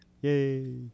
Yay